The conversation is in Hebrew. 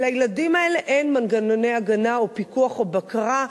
לילדים האלה אין מנגנוני הגנה או פיקוח או בקרה,